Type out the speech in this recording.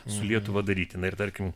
su lietuva daryti na ir tarkim